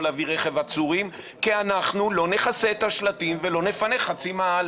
להביא רכב עצורים כי אנחנו לא נכסה את השלטים ולא נפנה חצי מאהל.